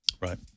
Right